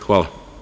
Hvala.